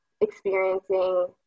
experiencing